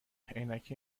عینک